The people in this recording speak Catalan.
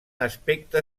aspecte